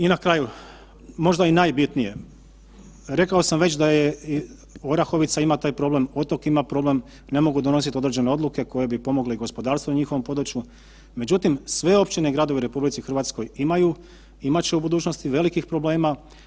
I na kraju, možde i najbitnije, rekao sav već da Orahovica ima taj problem, Otok ima problem, ne mogu donositi određene odluke koje bi pomogle gospodarstvu u njihovom području, međutim sve općine i gradovi u RH imaju, imat će u budućnosti velikih problema.